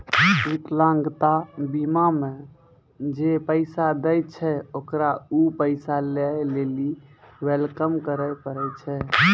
विकलांगता बीमा मे जे पैसा दै छै ओकरा उ पैसा लै लेली क्लेम करै पड़ै छै